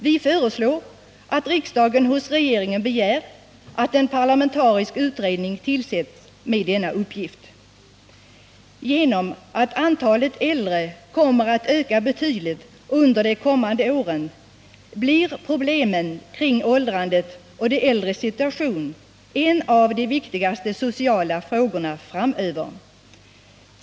Vi föreslår att riksdagen hos regeringen begär att en parlamentarisk utredning tillsätts med denna uppgift. Genom att antalet äldre kommer att öka betydligt under de kommande åren, blir problemen kring åldrandet och de äldres situation en av de viktigaste sociala frågorna framöver.